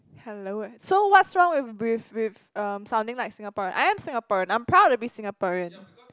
hello so what's wrong with with with err sounding like Singaporean I am Singaporean I'm proud to be Singaporean